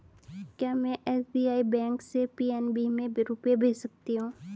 क्या में SBI bank से पी.एन.बी में रुपये भेज सकती हूँ?